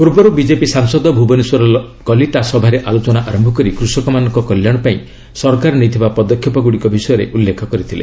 ପୂର୍ବରୁ ବିଜେପି ସାଂସଦ ଭୁବନେଶ୍ୱର କଲିତା ସଭାରେ ଆଲୋଚନା ଆରମ୍ଭ କରି କୃଷକମାନଙ୍କ କଲ୍ୟାଣ ପାଇଁ ସରକାର ନେଇଥିବା ପଦକ୍ଷେପଗୁଡ଼ିକ ବିଷୟରେ ଉଲ୍ଲ୍ଖେ କରିଥିଲେ